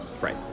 Right